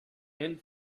and